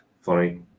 funny